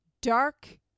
dark